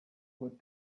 would